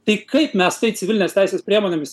tai kaip mes tai civilinės teisės priemonėmis